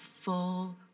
full